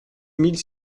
mille